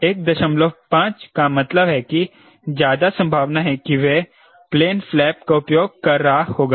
15 का मतलब है कि ज्यादा संभावना है कि वह प्लेन फ्लैप का उपयोग कर रहा होगा